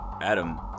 Adam